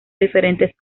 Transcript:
diferentes